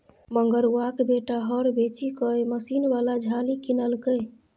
मंगरुआक बेटा हर बेचिकए मशीन बला झालि किनलकै